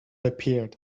appeared